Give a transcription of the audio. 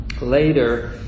Later